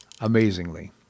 amazingly